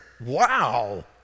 Wow